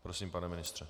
Prosím, pane ministře.